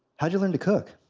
how'd you learn to cook?